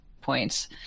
points